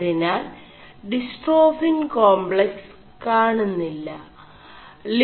അതിനാൽ ഡിസ്േ4ടാഫിൻ േകാംgക്സ് കാണുMി